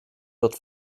wird